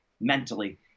mentally